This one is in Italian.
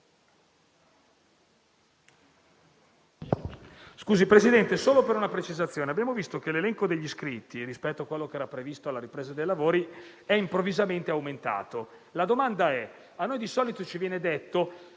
intervengo solo per una precisazione. Abbiamo visto che l'elenco degli iscritti, rispetto a quanto era previsto alla ripresa dei lavori, si è improvvisamente allungato. La domanda è: di solito ci viene detto